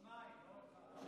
יש פה שניים, לא אחד.